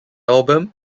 album